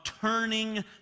turning